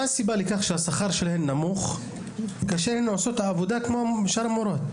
מה הסיבה לכך שהשכר שלהן נמוך כאשר הן עושות את העבודה כמו שאר המורות?